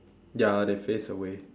ya they face away